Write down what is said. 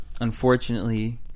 unfortunately